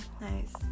Nice